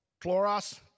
Chloros